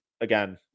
again